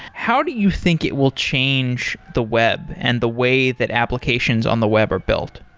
how do you think it will change the web and the way that applications on the web are built?